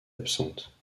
absente